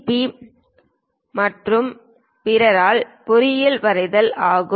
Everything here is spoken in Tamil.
பட் மற்றும் பிறரால் பொறியியல் வரைதல் ஆகும்